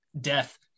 death